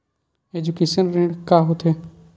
Education ऋण का होथे?